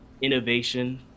innovation